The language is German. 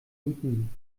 nieten